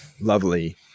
lovely